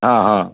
हँ हँ